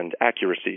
accuracy